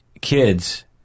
kids